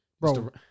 Bro